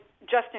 Justin